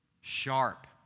Sharp